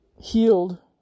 healed